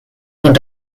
con